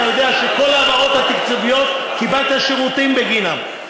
אתה יודע שכל ההעברות התקציביות קיבלת שירותים בגינן,